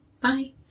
Bye